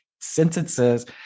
sentences